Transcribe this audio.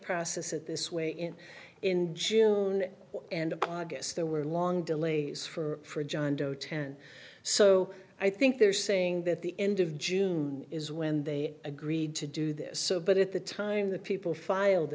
process it this way in in june and august there were long delays for john doe ten so i think they're saying that the end of june is when they agreed to do this but at the time the people filed